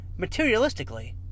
materialistically